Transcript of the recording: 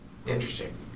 Interesting